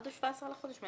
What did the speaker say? עד ה-17 בחודש.